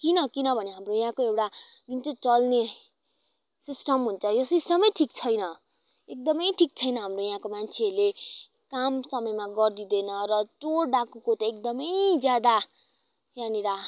किन किनभने हाम्रो यहाँको एउटा जुन चाहिँ चल्ने सिस्टम हुन्छ यो सिस्टमै ठिक छैन एकदमै ठिक छैन हाम्रो यहाँको मान्छेहरूले काम समयमा गरिदिँदैन र चोर डाकुको त एकदमै ज्यादा यहाँनिर